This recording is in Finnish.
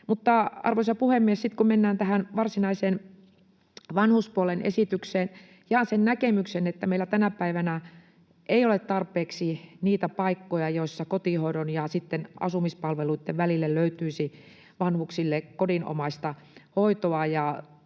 Arvoisa puhemies! Sitten kun mennään tähän varsinaiseen vanhuspuolen esitykseen, jaan sen näkemyksen, että meillä tänä päivänä ei ole tarpeeksi niitä paikkoja, joissa kotihoidon ja sitten asumispalveluitten välille löytyisi vanhuksille kodinomaista hoitoa.